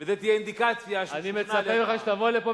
אתה תבוא לפה ותתנצל.